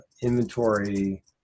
inventory